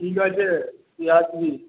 ঠিক আছে তুই আসবি